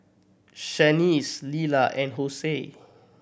Shaniece Leala and